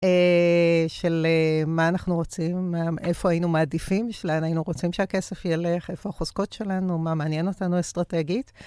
של מה אנחנו רוצים, איפה היינו מעדיפים, שלאן היינו רוצים שהכסף ילך, איפה החוזקות שלנו, מה מעניין אותנו אסטרטגית.